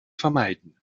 vermeiden